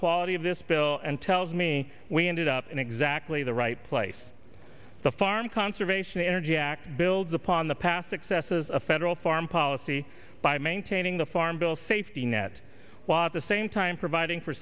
quality of this bill and tells me we ended up in exactly the right place the farm conservation energy act builds upon the past successes of federal farm policy by maintaining the farm bill safety net was the same time providing for